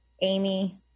Amy